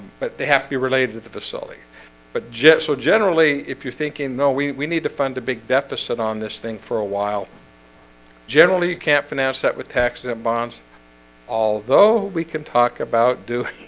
but they have to be related to the facility but jet so generally if you're thinking no, we we need to fund a big deficit on this thing for a while generally, you can't finance that with taxes and bonds although we can talk about doing